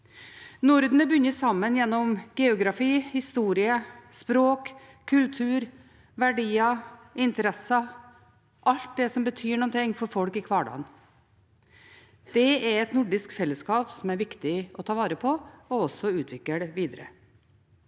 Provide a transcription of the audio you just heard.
Norden er bundet sammen gjennom geografi, historie, språk, kultur, verdier, interesser – alt det som betyr noe for folk i hverdagen. Det er et nordisk fellesskap som det er viktig å ta vare på, og også utvikle videre.